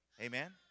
Amen